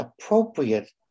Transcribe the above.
appropriate